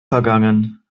vergangen